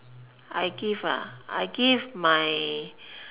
I give I give my